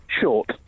Short